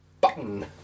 Button